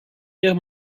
guerre